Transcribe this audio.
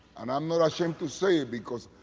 and i'm not ashamed to say it because,